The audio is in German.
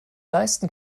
leisten